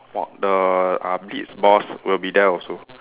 oh the uh beats boss will be there also